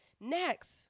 Next